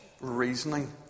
reasoning